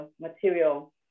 material